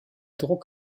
druck